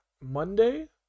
Monday